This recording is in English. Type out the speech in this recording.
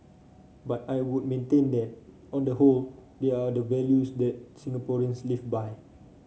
but I would maintain that on the whole they are the values that Singaporeans live by